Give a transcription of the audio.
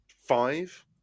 five